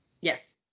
Yes